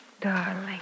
darling